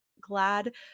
Glad